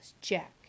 Jack